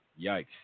yikes